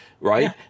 Right